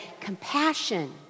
compassion